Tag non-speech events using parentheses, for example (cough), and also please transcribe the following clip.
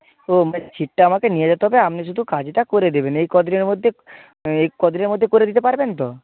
ও (unintelligible) ছিটটা আমাকে নিয়ে যেতে হবে আপনি শুধু কাজটা করে দেবেন এই ক দিনের মধ্যে এই ক দিনের মধ্যে করে দিতে পারবেন তো